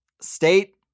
state